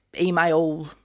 email